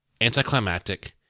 anticlimactic